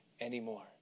anymore